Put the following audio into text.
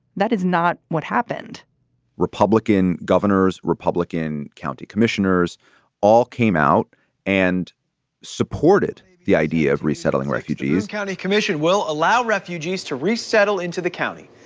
that is not what happened republican governors, republican county commissioners all came out and supported the idea of resettling refugees county commission will allow refugees to resettle into the county.